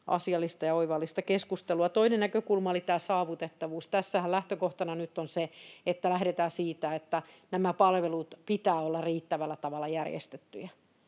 asiallista ja oivallista keskustelua. Toinen näkökulma oli tämä saavutettavuus. Tässähän lähtökohtana nyt on se, että lähdetään siitä, että näiden palveluiden pitää olla riittävällä tavalla järjestettyjä,